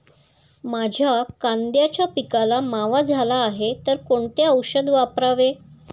माझ्या कांद्याच्या पिकाला मावा झाला आहे तर कोणते औषध वापरावे?